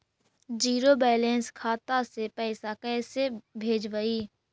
Zero balance खाता से पैसा कैसे भेजबइ?